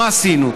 מה עשינו?